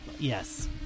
Yes